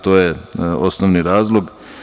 To je osnovni razlog.